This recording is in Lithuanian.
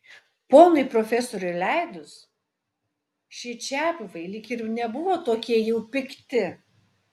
ponui profesoriui leidus šie čiabuviai lyg ir ne tokie jau pikti